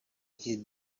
his